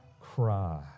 cry